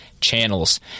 channels